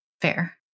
Fair